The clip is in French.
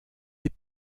des